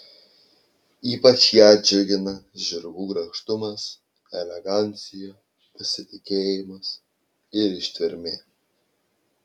ypač ją džiugina žirgų grakštumas elegancija pasitikėjimas ir ištvermė